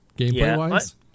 Gameplay-wise